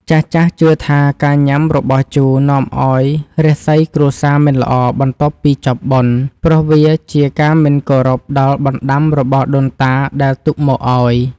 ចាស់ៗជឿថាការញ៉ាំរបស់ជូរនាំឱ្យរាសីគ្រួសារមិនល្អបន្ទាប់ពីចប់បុណ្យ ព្រោះវាជាការមិនគោរពដល់បណ្តាំរបស់ដូនតាដែលទុកមកឱ្យ។